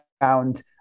found